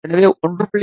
எனவே 1